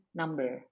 number